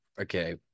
okay